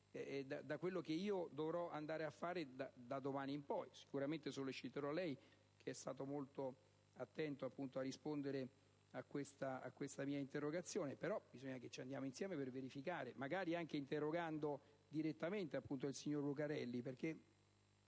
quello che dovrò andare a fare da domani in poi. Sicuramente solleciterò lei, che è stato molto attento a rispondere a questa mia interrogazione, però bisogna che andiamo insieme sul luogo per verificare, magari anche interrogando direttamente il signor Lucarelli.